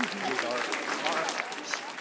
with our our rfeps,